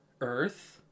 Earth